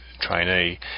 trainee